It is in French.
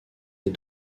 est